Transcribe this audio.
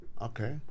Okay